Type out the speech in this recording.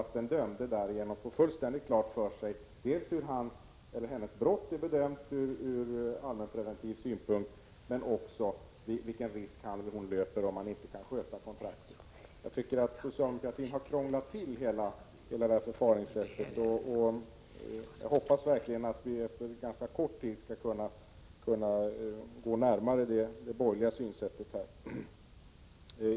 Det dömde skulle därigenom få fullständigt klart för sig dels hur hans eller hennes brott är bedömt ur allmänpreventiv synpunkt, dels vilken risk han eller hon löper om man inte kan sköta kontraktet. Jag tycker att socialdemokratin här krånglat till förfaringssättet, och jag hoppas verkligen att ni efter ganska kort tid skall kunna komma närmare det borgerliga synsättet.